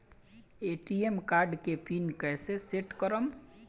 ATM card के pin कैसे set करम?